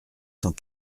cent